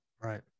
Right